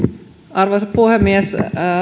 arvoisa puhemies